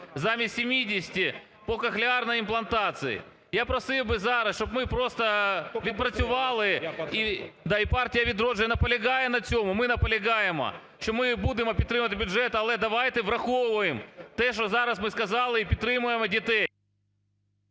замість 70 по кохлеарной імплантації. Я просив би зараз, щоб ми просто відпрацювали… Да, і "Партія "Відродження" наполягає на цьому. Ми наполягаємо, що ми будемо підтримувати бюджет, але давайте врахуємо те, що зараз ми сказали і підтримаємо дітей.